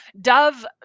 Dove